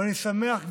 ואני שמח,